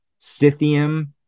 Scythium